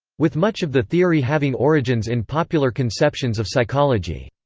with much of the theory having origins in popular conceptions of psychology.